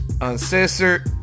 Uncensored